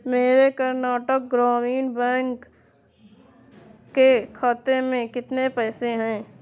میرے کرناٹک گرامین بینک کے کھاتے میں کتنے پیسے ہیں